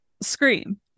scream